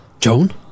Joan